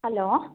hello